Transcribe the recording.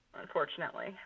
unfortunately